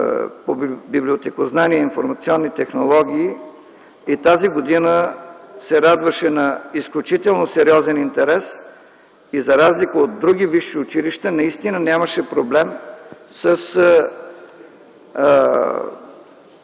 по библиотекознание и информационни технологии и тази година се радваше на изключително сериозен интерес. За разлика от други висши училища наистина нямаше проблем с